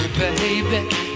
baby